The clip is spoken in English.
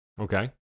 Okay